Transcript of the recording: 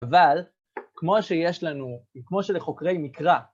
אבל כמו שיש לנו, כמו שלחוקרי מקרא,